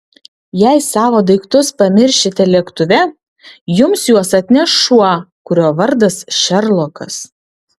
jei savo daiktus pamiršite lėktuve jums juos atneš šuo kurio vardas šerlokas